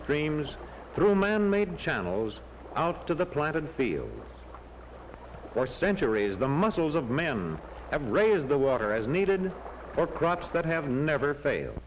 streams through manmade channels out to the planted fields for centuries the muscles of man have raised the water as needed for crops that have never failed